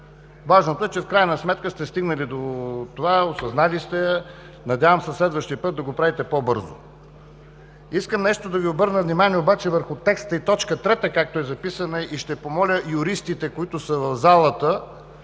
Важното е, че в крайна сметка сте стигнали до това, осъзнали сте я. Надявам се, следващия път да го правите по-бързо. Искам да Ви обърна внимание върху текста и т. 3, както е записана и ще помоля юристите, които са в залата,